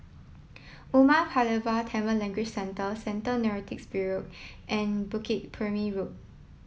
Umar Pulavar Tamil Language Centre Central Narcotics Bureau and Bukit Purmei Road